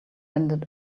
ended